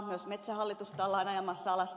myös metsähallitusta ollaan ajamassa alas